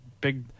big